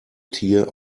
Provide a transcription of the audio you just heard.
tier